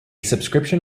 subscription